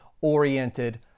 Oriented